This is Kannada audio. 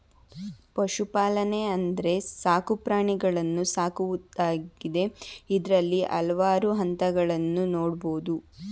ಪಶುಪಾಲನೆ ಅಂದ್ರೆ ಸಾಕು ಪ್ರಾಣಿಗಳನ್ನು ಸಾಕುವುದಾಗಿದೆ ಇದ್ರಲ್ಲಿ ಹಲ್ವಾರು ಹಂತಗಳನ್ನ ನೋಡ್ಬೋದು